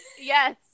Yes